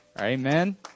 Amen